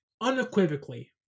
unequivocally